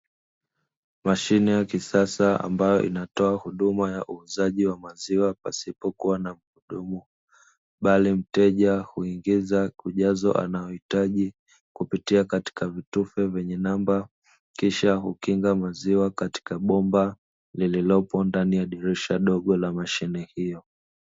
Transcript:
Mashine ya kisasa ambayo inatoa huduma ya uuzaji wa maziwa pasipo kuwa na mhudumu, Bali mteja huingiza ujazo anaoitaji kupitia katika vitufe vyenye namba na kisha hukinga maziwa katika bomba lililopo ndani ya dirisha dogo la mashine hiyo.